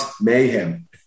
mayhem